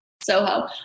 Soho